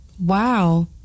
Wow